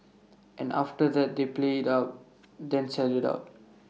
and after that they play IT up then sell IT out